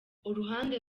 uruhande